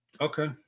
Okay